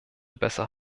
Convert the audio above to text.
besser